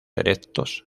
erectos